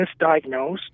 misdiagnosed